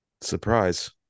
surprise